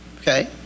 Okay